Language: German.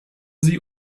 sie